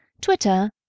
Twitter